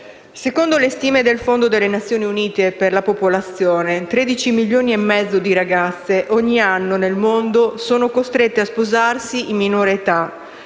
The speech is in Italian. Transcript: secondo le stime del Fondo delle Nazioni Unite per la popolazione, 13,5 milioni di ragazze ogni anno nel mondo sono costrette a sposarsi in minore età;